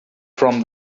from